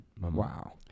Wow